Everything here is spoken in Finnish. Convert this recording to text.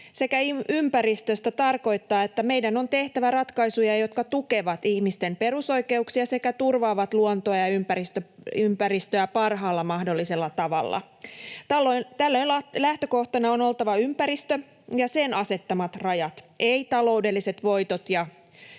sekä ympäristöstä tarkoittaa, että meidän on tehtävä ratkaisuja, jotka tukevat ihmisten perusoikeuksia sekä turvaavat luontoa ja ympäristöä parhaalla mahdollisella tavalla. Tällöin lähtökohtana on oltava ympäristö ja sen asettamat rajat, ei taloudelliset voitot